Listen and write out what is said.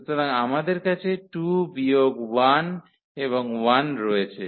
সুতরাং আমাদের কাছে 2 বিয়োগ 1 এবং 1 রয়েছে